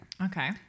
okay